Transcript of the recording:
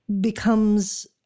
becomes